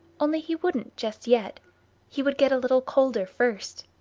only he wouldn't just yet he would get a little colder first.